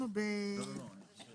לא, לא, לא.